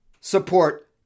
support